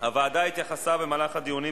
הוועדה ובשמו, כיוזם.